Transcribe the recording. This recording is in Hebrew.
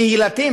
קהילתיים,